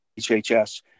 hhs